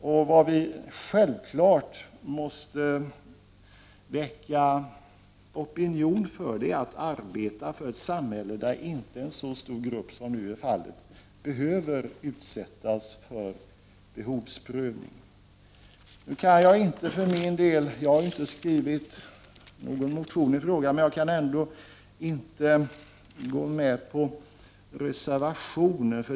Vi måste självfallet väcka opinion för och arbeta för ett samhälle där inte en så stor grupp som nu är fallet behöver utsättas för behovsprövning. Jag har inte skrivit någon motion i frågan, men jag kan ändå inte ställa mig bakom reservation 2.